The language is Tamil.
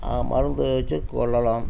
மருந்து வெச்சு கொல்லலாம்